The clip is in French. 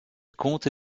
compte